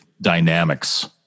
dynamics